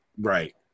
Right